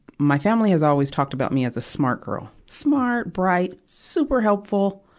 my family has always talked about me as a smart girl. smart, bright, super helpful.